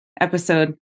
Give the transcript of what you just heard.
episode